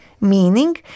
meaning